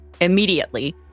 immediately